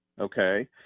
Okay